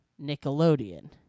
Nickelodeon